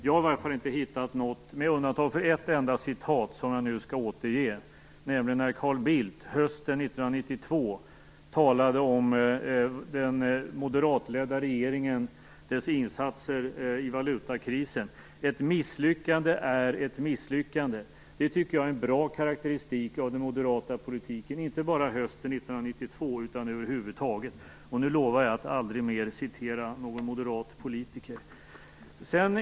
Jag har i varje fall inte hittat något, med undantag för ett enda citat som jag nu skall återge och där Carl Bildt hösten 1992 talade om den moderatledda regeringens insatser i valutakrisen: Ett misslyckande är ett misslyckande. Det tycker jag är en bra karakteristik av den moderata politiken, inte bara hösten 1992 utan över huvud taget. Nu lovar jag att aldrig mer citera någon moderat politiker.